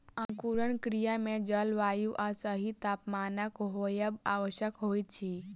अंकुरण क्रिया मे जल, वायु आ सही तापमानक होयब आवश्यक होइत अछि